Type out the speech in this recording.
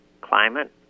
climate